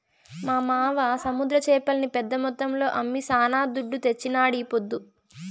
మా మావ సముద్ర చేపల్ని పెద్ద మొత్తంలో అమ్మి శానా దుడ్డు తెచ్చినాడీపొద్దు